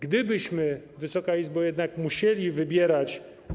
Gdybyśmy, Wysoka Izbo, jednak musieli wybierać.